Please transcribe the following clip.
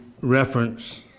reference